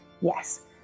Yes